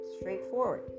straightforward